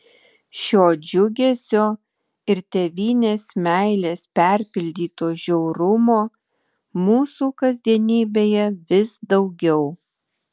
šio džiugesio ir tėvynės meilės perpildyto žiaurumo mūsų kasdienybėje vis daugiau